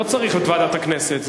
לא צריך את ועדת הכנסת.